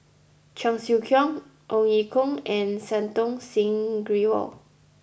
Cheong Siew Keong Ong Ye Kung and Santokh Singh Grewal